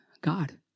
God